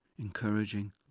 encouraging